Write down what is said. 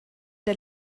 der